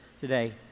today